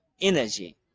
energy